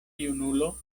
junulo